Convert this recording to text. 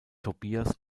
tobias